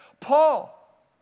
Paul